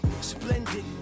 Splendid